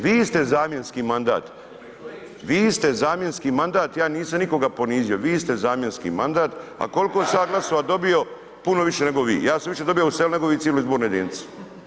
Vi ste zamjenski mandat, vi ste zamjenski mandat, ja nisam nikoga ponizio, vi ste zamjenski mandat, a koliko sam ja glasova dobio, puno više nego vi, ja sam više dobio u selu nego vi u cijeloj izbornoj jedinici.